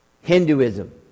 Hinduism